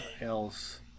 else